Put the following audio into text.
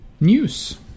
news